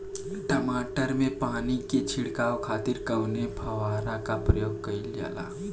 टमाटर में पानी के छिड़काव खातिर कवने फव्वारा का प्रयोग कईल जाला?